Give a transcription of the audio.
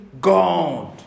God